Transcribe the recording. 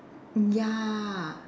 ya